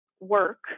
work